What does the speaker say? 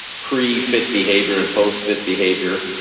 pre-fit behavior and post-fit behavior